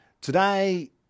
Today